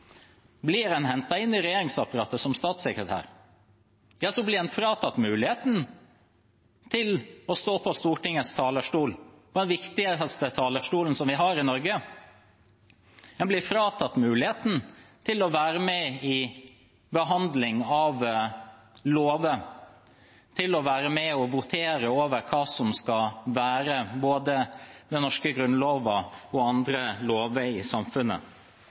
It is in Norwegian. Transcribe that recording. Blir en hentet inn i regjeringsapparatet som statssekretær, så blir en fratatt muligheten til å stå på Stortingets talerstol, på den viktigste talerstolen vi har i Norge. En blir fratatt muligheten til å være med på behandlingen av lover, til å være med og votere over hva som skal være både den norske grunnloven og andre lover i samfunnet.